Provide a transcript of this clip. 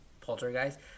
poltergeist